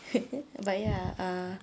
but ya uh